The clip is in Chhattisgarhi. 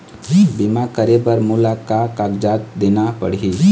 बीमा करे बर मोला का कागजात देना पड़ही?